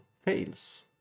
fails